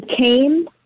came